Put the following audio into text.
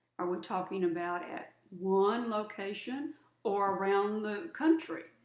are we talking about at one location or around the country?